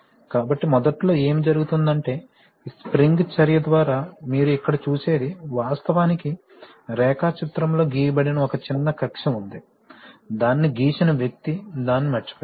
కాబట్టి మొదట్లో ఏమి జరుగుతుందంటే ఈ స్ప్రింగ్ చర్య ద్వారా మీరు ఇక్కడ చూసేది వాస్తవానికి రేఖాచిత్రంలో గీయబడని ఒక చిన్న కక్ష్య ఉంది దానిని గీసిన వ్యక్తి దానిని మరచిపోయాడు